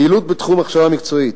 פעילות בתחום הכשרה מקצועית,